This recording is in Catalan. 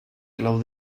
clau